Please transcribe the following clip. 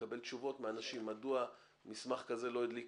לקבל תשובות מאנשים מדוע מסמך כזה לא הדליק